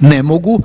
ne mogu.